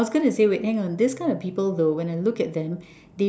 I was going to say wait hang on this kind of people though when I look at them